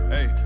Hey